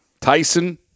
Tyson